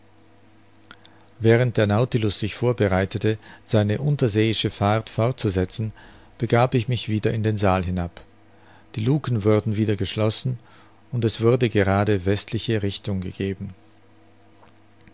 während der nautilus sich vorbereitete seine unterseeische fahrt fortzusetzen begab ich mich wieder in den saal hinab die lucken wurden wieder geschlossen und es wurde gerade westliche richtung gegeben